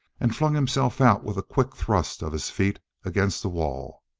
and flung himself out with a quick thrust of his feet against the wall.